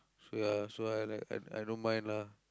so ya so like I I I don't mind lah